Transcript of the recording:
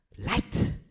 Light